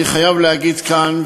אני חייב להגיד כאן,